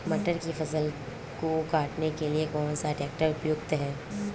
मटर की फसल को काटने के लिए कौन सा ट्रैक्टर उपयुक्त है?